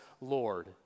Lord